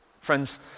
Friends